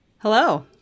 Hello